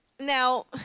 Now